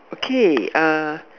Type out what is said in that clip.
okay uh